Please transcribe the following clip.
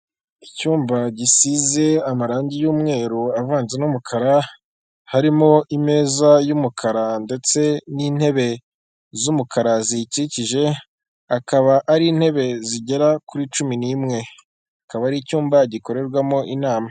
Icyumba gisize amarangi y'umweru avanze n'umukara harimo ameza y'umukara ndetse n'intebe z'umukara ziyikikije, akaba ari intebe zigera kuri cumi n'imwe, akaba ari icyumba gikorerwamo inama.